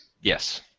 Yes